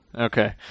Okay